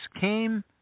came